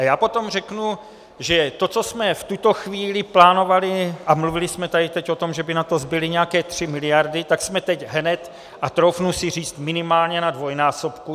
Já potom řeknu, že to, co jsme v tuto chvíli plánovali, a mluvili jsme tady teď o tom, že by na to zbyly nějaké tři miliardy, tak jsme teď hned, troufnu si říct, minimálně na dvojnásobku.